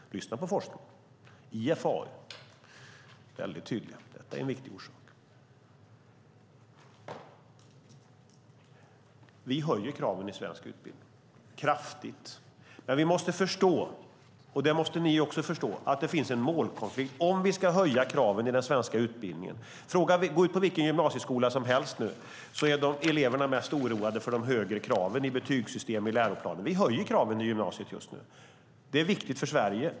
Lyssna på forskningen! IFAU är mycket tydliga med att detta är en viktig orsak. Vi höjer kraven kraftigt i svensk utbildning. Men vi måste förstå, och det måste ni också förstå, att det finns en målkonflikt om vi ska höja kraven i den svenska utbildningen. På vilken gymnasieskola som helst är eleverna mest oroade över de högre kraven i betygssystem och läroplaner. Vi höjer kraven i gymnasiet just nu. Det är viktigt för Sverige.